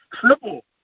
triple